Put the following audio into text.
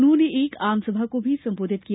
उन्होंने एक आमसभा को भी संबोधित किया